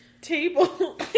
table